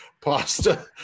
pasta